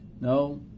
No